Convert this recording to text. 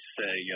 say